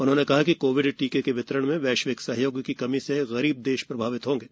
उन्होंने कहा कि कोविड टीके के वितरण में वैश्विक सहयोग की कमी से गरीब देश प्रभावित होंगे